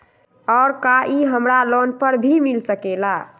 और का इ हमरा लोन पर भी मिल सकेला?